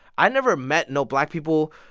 i never met no black people,